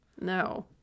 No